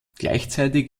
gleichzeitig